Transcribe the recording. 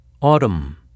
Autumn